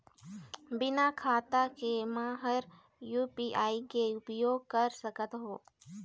बिना खाता के म हर यू.पी.आई के उपयोग कर सकत हो?